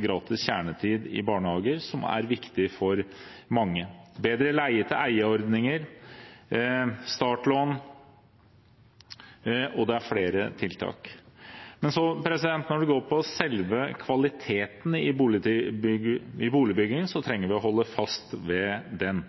gratis kjernetid i barnehager, som er viktig for mange, bedre leie-til-eie-ordninger og startlån. Det er også flere tiltak. Når det gjelder selve kvaliteten i boligbyggingen, trenger vi å holde fast ved den.